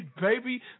baby